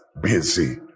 busy